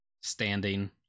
standing